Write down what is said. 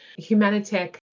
Humanitech